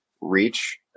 reach